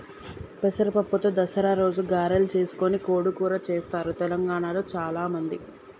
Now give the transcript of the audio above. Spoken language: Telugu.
పెసర పప్పుతో దసరా రోజు గారెలు చేసుకొని కోడి కూర చెస్తారు తెలంగాణాల చాల మంది